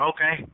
Okay